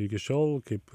iki šiol kaip